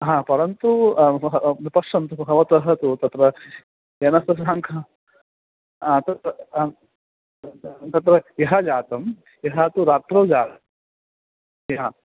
हा परन्तु म् पश्यन्तु भवतः तु यानस्य सङ्खा हा तत् तत्र यत् जातं यः तु रात्रौ जातं जि हा